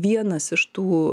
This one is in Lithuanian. vienas iš tų